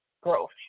growth